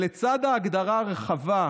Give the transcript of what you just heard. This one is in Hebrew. לצד ההגדרה הרחבה,